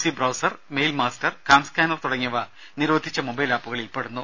C browser mail master CamScanner തുടങ്ങിയവ നിരോധിച്ച mobile ആപ്പുകളിൽപെടുന്നു